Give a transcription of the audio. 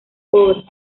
pobres